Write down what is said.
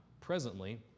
presently